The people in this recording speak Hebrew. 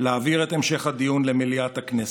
להעביר את המשך הדיון למליאת הכנסת.